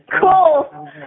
Cool